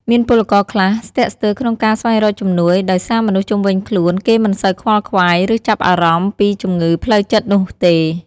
មានពលករខ្លះស្ទាក់ស្ទើរក្នុងការស្វែងរកជំនួយ ដោយសារមនុស្សជុំវិញខ្លួនគេមិនសូវខ្វល់ខ្វាយ ឬចាប់អារម្មណ៍ពីជំងឺផ្លូវចិត្តនោះទេ។